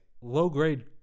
low-grade